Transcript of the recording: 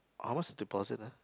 how much the deposit ah